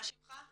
מה שמך?